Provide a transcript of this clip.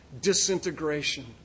disintegration